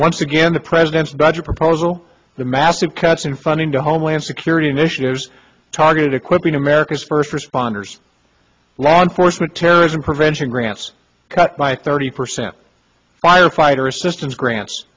once again the president budget proposal the massive cuts in funding to homeland security initiatives targeted equipping america's first responders law enforcement terrorism prevention grants cut by thirty percent firefighters systems grants